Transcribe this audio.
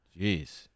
Jeez